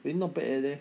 eh not bad eh there